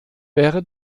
wäre